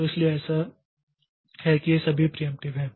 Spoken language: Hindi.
तो इसीलिए ऐसा है कि ये सभी प्रियेंप्टिव हैं